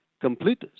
complete